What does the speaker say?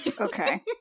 Okay